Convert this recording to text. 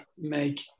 make